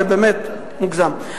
זה באמת מוגזם.